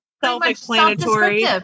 Self-explanatory